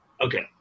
Okay